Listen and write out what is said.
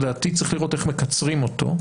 שלדעתי צריך לראות איך מקצרים אותו,